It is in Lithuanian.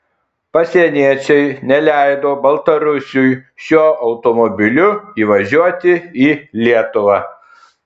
pasieniečiai neleido baltarusiui šiuo automobiliu įvažiuoti į lietuvą